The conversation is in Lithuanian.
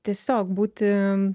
tiesiog būti